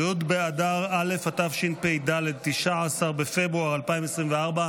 י' באדר א' התשפ"ד, 19 בפברואר 2024,